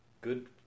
good